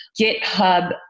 GitHub